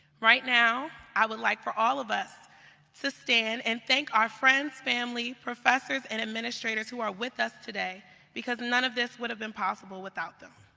right now i would like for all of us to stand and thank our friends, family, professors, and administrators who are with us today because none of this would've been possible without them.